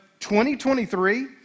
2023